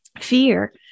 fear